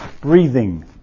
breathing